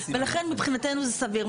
ולכן מבחינתנו זה סביר.